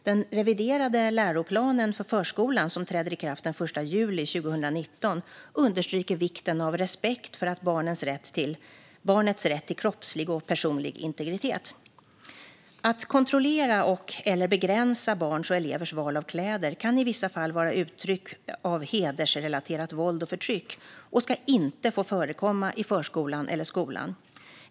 Den reviderade läroplanen för förskolan som träder i kraft den 1 juli 2019 understryker vikten av respekt för barnets rätt till kroppslig och personlig integritet. Att kontrollera och/eller begränsa barns och elevers val av kläder kan i vissa fall vara uttryck för hedersrelaterat våld och förtryck och ska inte få förekomma i förskolan eller skolan.